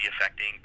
affecting